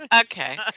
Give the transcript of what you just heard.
Okay